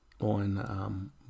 on